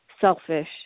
selfish